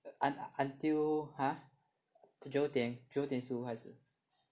un~ until !huh! 九点九点十五还是